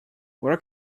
where